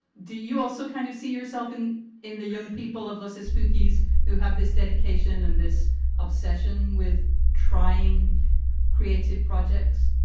do you also kind of see yourself in in the young people of lesser spookies who have this dedication and this obsession with trying creative projects?